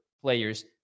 players